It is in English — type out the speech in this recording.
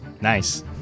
Nice